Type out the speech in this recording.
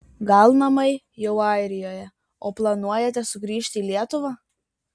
gal namai jau airijoje o planuojate sugrįžti į lietuvą